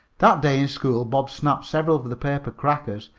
that day in school bob snapped several of the paper crackers,